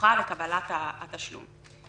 בטוחה לקבלת התשלום.